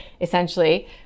essentially